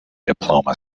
diploma